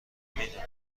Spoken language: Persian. میدونم